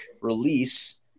release